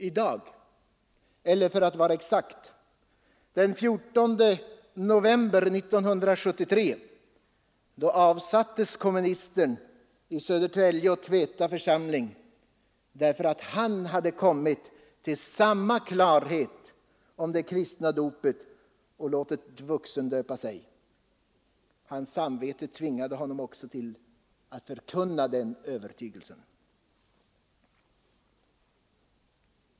I dag — eller för att vara exakt — den 14 november 1973 avsattes komministern i Södertälje och Tveta församling därför att han kommit till samma klarhet om det kristna dopet och låtit vuxendöpa sig. Hans samvete tvingade honom att förkunna denna sin övertygelse.